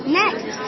next